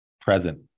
present